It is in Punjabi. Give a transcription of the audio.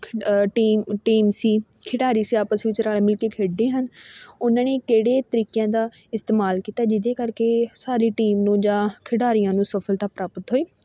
ਟੀਮ ਟੀਮ ਸੀ ਖਿਡਾਰੀ ਸੀ ਆਪਸ ਵਿੱਚ ਰਲ ਮਿਲ ਕੇ ਖੇਡੇ ਹਨ ਉਹਨਾਂ ਨੇ ਕਿਹੜੇ ਤਰੀਕਿਆਂ ਦਾ ਇਸਤੇਮਾਲ ਕੀਤਾ ਜਿਹਦੇ ਕਰਕੇ ਸਾਰੀ ਟੀਮ ਨੂੰ ਜਾਂ ਖਿਡਾਰੀਆਂ ਨੂੰ ਸਫਲਤਾ ਪ੍ਰਾਪਤ ਹੋਈ